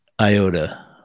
iota